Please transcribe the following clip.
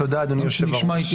תודה אדוני היו"ר,